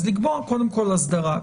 אז לקבוע קודם כל הסדרה.